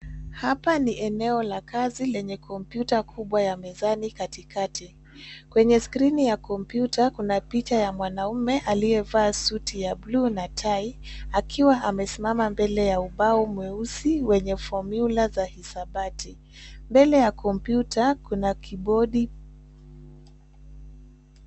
Hapa ni eneo la kazi lenye komyuta kubwa ya mezani katikati. Kwenye skrini ya kompyuta kuna picha ya mwanamume aliyevaa suti ya buluu na tai akiwa amesimama mbele ya ubao mweusi wenye fomula za hisabati. Mbele ya kompyuta kuna kibodi.